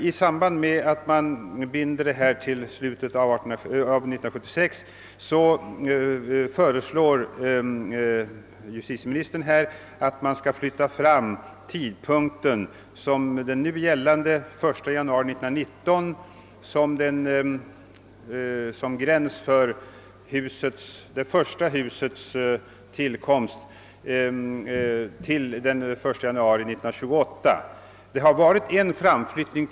I samband med att ensittarlagen enligt propositionen skall upphöra i och med utgången av år 1976 föreslår justitieministern att man skall flytta fram den tidpunkt vid vilken det första bostadshuset på tomten skall ha varit uppfört för att ensittarlagen skall kunna tillämpas från den 1 januari 1919, som för närvarande gäller, till den 1 januari 1928. Det har redan tidigare förekommit en framflyttning.